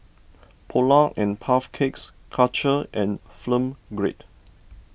Polar and Puff Cakes Karcher and Film Grade